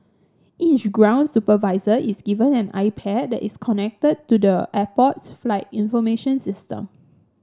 each ground supervisor is given an iPad that is connected to the airport's flight information system